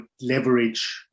leverage